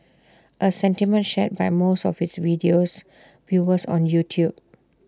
A sentiment shared by most of its video's viewers on YouTube